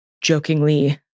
jokingly